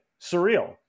surreal